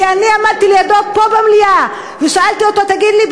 כי אני עמדתי לידו פה במליאה ושאלתי אותו: תגיד לי,